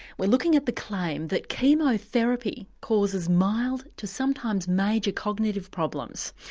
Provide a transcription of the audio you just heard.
we're looking at the claim that chemotherapy causes mild to sometimes major cognitive problems.